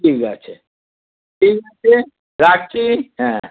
ঠিক আছে ঠিক আছে রাখছি হ্যাঁ